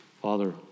Father